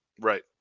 Right